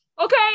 Okay